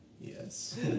Yes